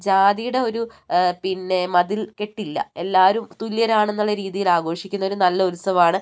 ജാതിയുടെ ഒരു പിന്നെ മതിൽ കെട്ടില്ല എല്ലാവരും തുല്യരാണെന്നുള്ള രീതിയിൽ ആഘോഷിക്കുന്ന ഒരു നല്ല ഉത്സവമാണ്